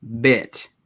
bit